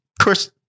Chris